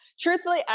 truthfully